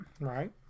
right